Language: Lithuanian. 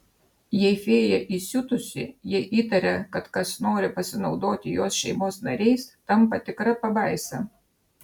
jei fėja įsiutusi jei įtaria kad kas nori pasinaudoti jos šeimos nariais tampa tikra pabaisa